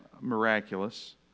miraculous